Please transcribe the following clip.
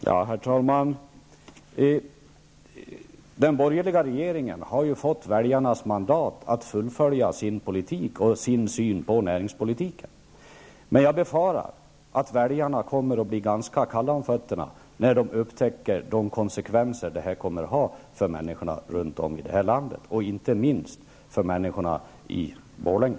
Herr talman! Den borgerliga regeringen har ju fått väljarnas mandat att fullfölja sin politik och sin syn på näringspolitiken. Men jag befarar att väljarna kommer att bli ganska kalla om fötterna när de upptäcker de konsekvenser detta kommer att ha för människorna runt om i det här landet, inte minst för människorna i Borlänge.